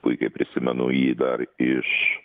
puikiai prisimenu jį dar iš